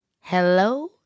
Hello